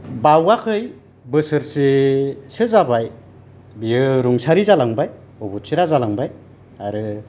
बावाखै बोसोरसेसो जाबाय बियो रुंसारि जालांबाय अबथिरा जालांबाय आरो